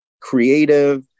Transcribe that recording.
creative